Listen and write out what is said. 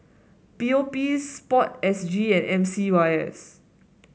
P O P sport S G and M C Y S